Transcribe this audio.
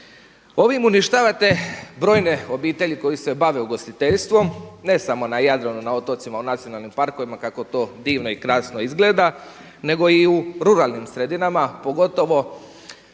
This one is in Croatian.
Ovim uništavate brojne obitelji koje se bave ugostiteljstvom, ne sam na Jadranu, na otocima u nacionalnim parkovima kako to divno i krasno izgleda, nego i u ruralnim sredinama pogotovo